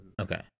Okay